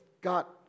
got